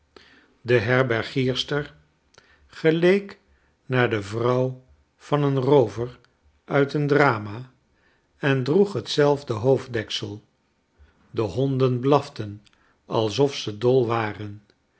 de herbergierster geleek naar de vrouw van een roover uit een drama en droeg hetzelfde hoofddeksel de honden blaften alsof ze dol waren